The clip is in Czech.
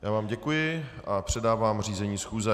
Já vám děkuji a předávám řízení schůze.